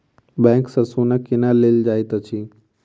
bank सँ सोना केना लेल जाइत अछि